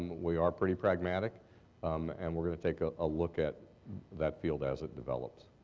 we are pretty pragmatic and we're going to take a ah look at that field as it develops.